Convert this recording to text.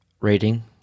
rating